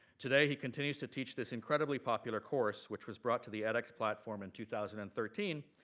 today, he continues to teach this incredibly popular course, which was brought to the edx platform in two thousand and thirteen,